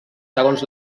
segons